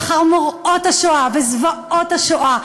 לאחר מוראות השואה וזוועות השואה,